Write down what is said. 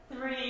Three